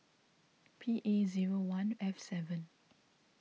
P A zero one F seven